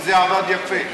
וזה עבד יפה.